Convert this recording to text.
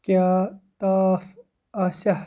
کیٛاہ تاپھ آسیا ؟